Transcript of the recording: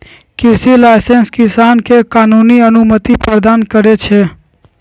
कृषि लाइसेंस किसान के कानूनी अनुमति प्रदान करै छै